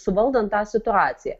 suvaldant tą situaciją